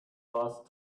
last